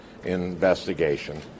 investigation